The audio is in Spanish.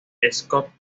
scott